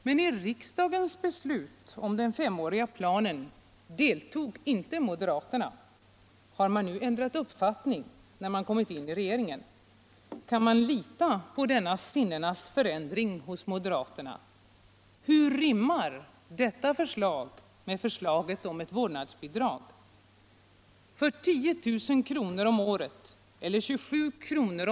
Men i riksdagens bestut om den femåriga planen deltog inte moderaterna. Har man nu ändrat uppfattning när man kommit in I regeringen? Kan vi lita på denna sinnenas förändring hos moderaterna? Hur rimmar detta beslut med förslaget om ett vårdnadsbidrag? För 10 000 kr. om året eller 27 kr.